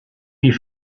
die